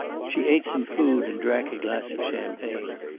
she ate some food and drank a glass of champagne.